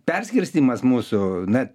perskirstymas mūsų na